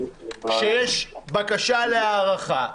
כשיש בקשה להארכה,